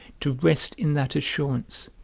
to rest in that assurance,